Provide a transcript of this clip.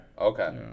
okay